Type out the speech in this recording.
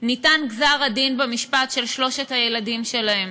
ניתן גזר הדין במשפט של שלושת הילדים שלהם,